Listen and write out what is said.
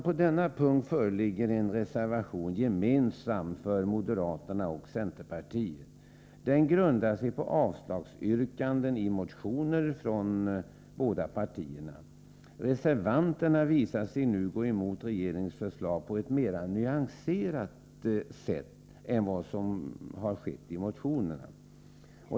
På denna punkt föreligger en reservation gemensam för moderaterna och centerpartiet. Den grundar sig på avslagsyrkanden i motioner från de båda partierna. Reservanterna visar sig nu gå emot regeringens förslag på ett mer nyanserat sätt än som har skett i motionerna.